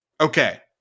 Okay